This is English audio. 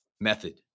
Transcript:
method